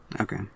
Okay